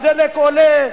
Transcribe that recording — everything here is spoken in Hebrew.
הדלק עולה,